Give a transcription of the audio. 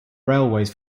railways